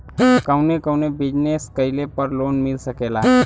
कवने कवने बिजनेस कइले पर लोन मिल सकेला?